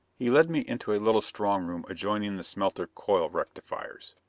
he led me into a little strong room adjoining the smelter coil-rectifiers.